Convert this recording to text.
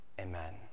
Amen